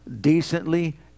decently